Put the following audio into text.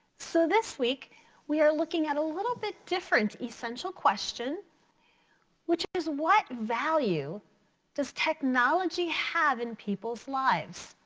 so this week we are looking at a little bit different essential question which is what value does technology have in people's lives?